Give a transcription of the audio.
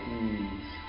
ease